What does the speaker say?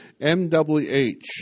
MWH